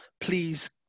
please